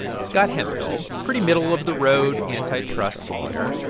scott hemphill, pretty middle of the road antitrust lawyer,